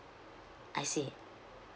I see